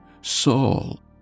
Saul